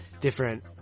different